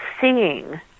seeing